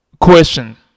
Question